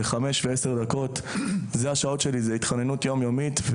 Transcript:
זו התחננות יום-יומית.